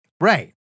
right